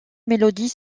mélodies